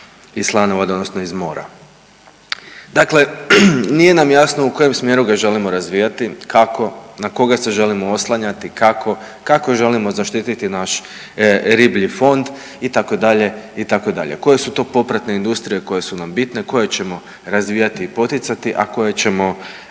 i slanovodno, odnosno iz mora. Dakle, nije nam jasno u kojem smjeru ga želimo razvijati, kako, na koga se želimo oslanjati, kako, kako želimo zaštiti naš riblji fond, itd., itd., koje su to popratne industrije koje su nam bitne koje ćemo razvijati i poticati, a koje ćemo